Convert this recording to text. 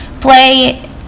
play